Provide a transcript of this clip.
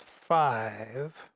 five